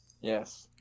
Yes